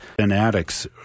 fanatics